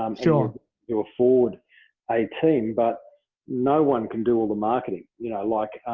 i'm so you afford a team, but no one can do all the marketing. you know like